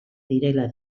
direla